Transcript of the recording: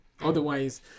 otherwise